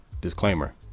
disclaimer